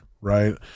right